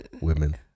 Women